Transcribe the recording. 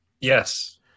Yes